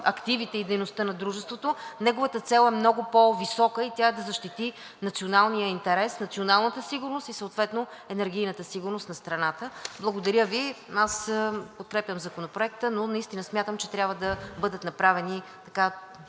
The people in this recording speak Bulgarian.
активите и дейността на дружеството. Неговата цел е много по-висока и тя е да защити националния интерес, националната сигурност и съответно енергийната сигурност на страната. Аз подкрепям Законопроекта, но наистина смятам, че трябва да бъдат направени доста